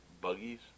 Buggies